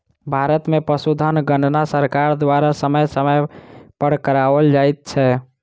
भारत मे पशुधन गणना सरकार द्वारा समय समय पर कराओल जाइत छै